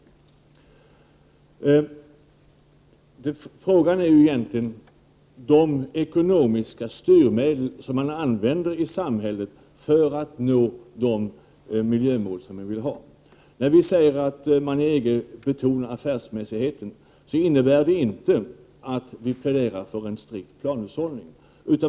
i a Om anpassningen till Frågan gäller egentligen vilka ekonomiska styrmedel man skall använda i sjö 6 ä HR z TENTA 3 EG och svenska miljösamhället för att nå de miljömål som man vill nå. När vi säger att man i EG nål betonar affärsmässigheten innebär det inte att vi pläderar för en strikt planhushållning.